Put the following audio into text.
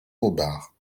montbard